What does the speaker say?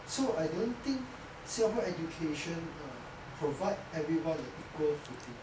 so I don't think singapore education err provide everyone an equal footing